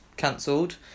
cancelled